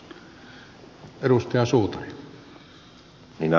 arvoisa puhemies